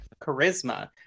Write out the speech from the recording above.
charisma